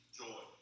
joy